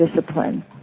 discipline